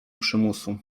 przymusu